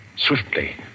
Swiftly